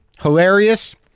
hilarious